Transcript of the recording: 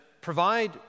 provide